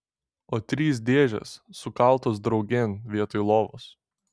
o trys dėžės sukaltos draugėn vietoj lovos